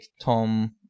Tom